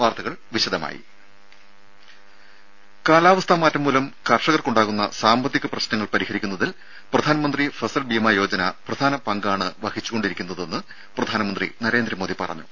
വാർത്തകൾ വിശദമായി കാലാവസ്ഥാമാറ്റംമൂലം കർഷകർക്കുണ്ടാകുന്ന സാമ്പത്തിക പ്രശ്നങ്ങൾ പരിഹരിക്കുന്നതിൽ പ്രധാൻമന്ത്രി ഫസൽ ബീമ യോജന പ്രധാന പങ്കാണ് വഹിച്ചുകൊണ്ടിരിക്കുന്നതെന്ന് പ്രധാനമന്ത്രി നരേന്ദ്രമോദി പറഞ്ഞു